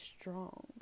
strong